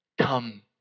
Come